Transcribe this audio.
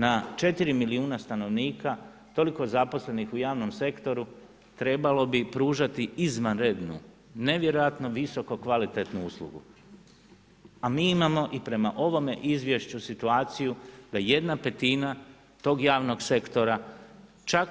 Na 4 milijuna stanovnika, toliko zaposlenih u javnom sektoru, trebalo bi pružati, izvanredno, nevjerojatno visoko kvalitetnu uslugu, a mi imamo i prema ove izvješću situaciju, da 1/5 tog javnog sektora, čak